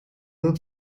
were